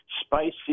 spicy